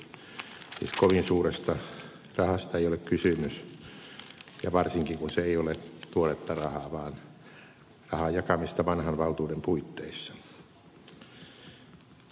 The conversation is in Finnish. siis kovin suuresta rahasta ei ole kysymys ja varsinkin kun se ei ole tuoretta rahaa vaan rahan jakamista vanhan valtuuden puitteissa